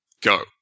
go